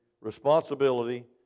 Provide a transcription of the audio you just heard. responsibility